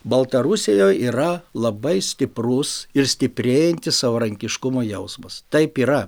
baltarusijoj yra labai stiprus ir stiprėjantis savarankiškumo jausmas taip yra